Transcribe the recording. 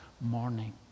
morning